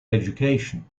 education